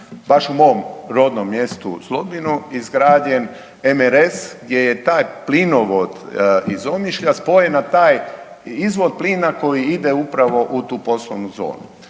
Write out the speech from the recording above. baš u mom rodnom mjestu Zlobinu izgrađen MRS gdje je taj plinovod iz Omišlja spojen na taj izvod plina koji ide upravo u tu poslovnu zonu.